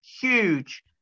huge